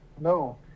No